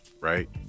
right